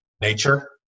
nature